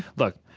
look.